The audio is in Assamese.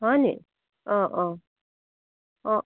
হয়নি অঁ অঁ অঁ